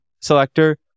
selector